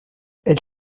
elle